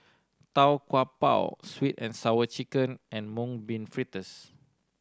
Tau Kwa Pau Sweet And Sour Chicken and Mung Bean Fritters